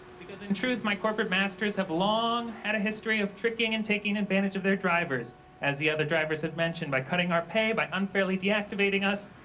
because in truth my corporate masters have long had a history of tricking and taking advantage of their drivers as the other drivers have mentioned by cutting our pay, by unfairly deactivating us,